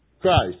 Christ